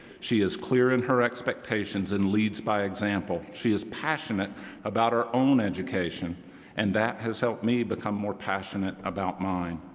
she is clear in her expectations and leads by example. she is passionate about her own education and that has helped me become more passionate about mine.